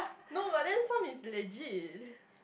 no but then some is legit